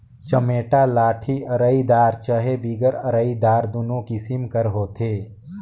चमेटा लाठी अरईदार चहे बिगर अरईदार दुनो किसिम कर होथे